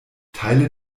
teile